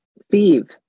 Steve